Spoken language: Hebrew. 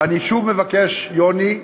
ואני שוב מבקש, יוני,